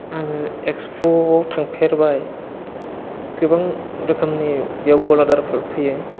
आङो एक्सप'आव थांफेरबाय गोबां रोखोमनि बेयाव गलादारफोर फैयो